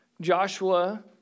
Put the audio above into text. Joshua